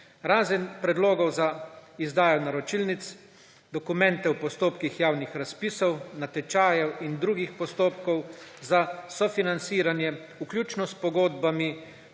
razen predlogov za izdajo naročilnic in naročilnic; dokumente v postopkih javnih razpisov, natečajev in drugih postopkov za (so)financiranje, vključno s pogodbami;